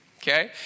Okay